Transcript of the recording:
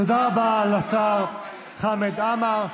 תודה רבה לשר חמד עמאר.